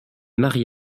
mary